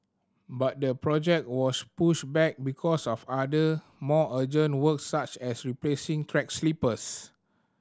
but the project was pushed back because of other more urgent works such as replacing track sleepers